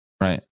right